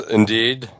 indeed